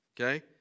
okay